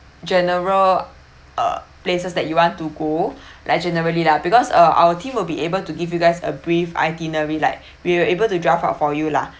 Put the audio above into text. general uh places that you want to go like generally lah because uh our team will be able to give you guys a brief itinerary like we were able to draft out for you lah